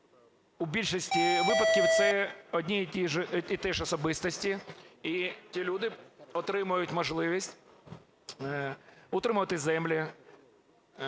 у більшості випадків це одні і ті ж особистості. І ті люди отримають можливість утримувати землі,